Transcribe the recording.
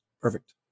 Perfect